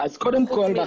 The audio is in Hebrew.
קודם כול,